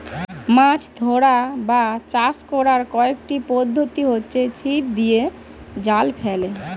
মাছ ধরা বা চাষ করার কয়েকটি পদ্ধতি হচ্ছে ছিপ দিয়ে, জাল ফেলে